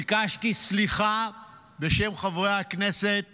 ביקשתי סליחה בשם חברי הכנסת